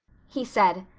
he said,